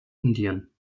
indien